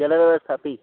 जलव्यवस्थापि